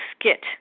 skit